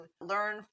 learn